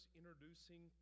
introducing